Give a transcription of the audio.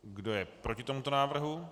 Kdo je proti tomuto návrhu?